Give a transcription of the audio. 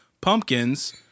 Pumpkins